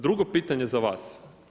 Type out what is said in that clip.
Drugo pitanje za vas.